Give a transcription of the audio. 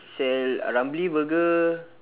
sell uh ramly burger